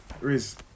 Riz